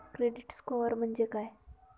Credit score म्हणजे काय?